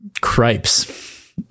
cripes